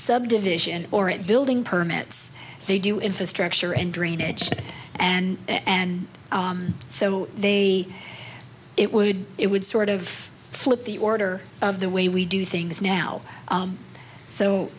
subdivision or it building permits they do infrastructure and drainage and and so they it would it would sort of flip the order of the way we do things now